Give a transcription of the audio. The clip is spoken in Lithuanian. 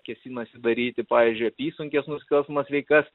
kėsinasi daryti pavyzdžiui apysunkes nusikalstamas veikas